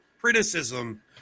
criticism